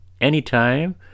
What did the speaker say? anytime